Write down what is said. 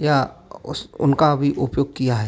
या उस उनका भी उपयोग किया है